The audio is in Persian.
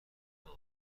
آنها